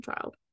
child